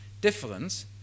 difference